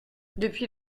depuis